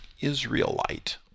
Israelite